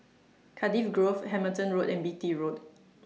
Cardiff Grove Hamilton Road and Beatty Road